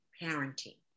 parenting